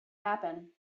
happen